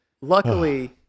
Luckily